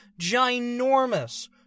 ginormous